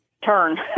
Turn